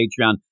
Patreon